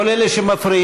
כל אלה שמפריעים,